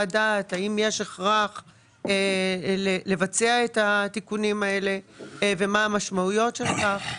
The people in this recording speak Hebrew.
דעת האם יש הכרח לבצע את התיקונים האלה ומה המשמעויות של כך.